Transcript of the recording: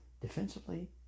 defensively